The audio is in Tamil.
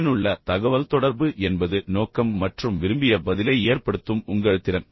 பயனுள்ள தகவல்தொடர்பு என்பது நோக்கம் மற்றும் விரும்பிய பதிலை ஏற்படுத்தும் உங்கள் திறன்